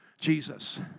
Jesus